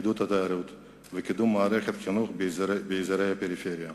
לעידוד התיירות ולקידום מערכת החינוך באזורי הפריפריה.